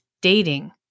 dating